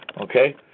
Okay